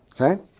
Okay